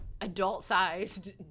adult-sized